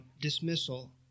dismissal